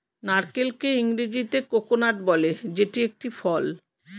নারকেলকে ইংরেজিতে কোকোনাট বলে যেটি একটি ফল